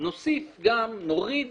להבנות